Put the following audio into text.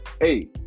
Hey